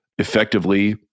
effectively